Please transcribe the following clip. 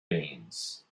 beans